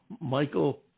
Michael